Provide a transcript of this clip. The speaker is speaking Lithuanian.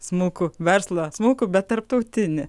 smulkų verslą smulkų bet tarptautinį